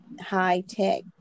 high-tech